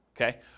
Okay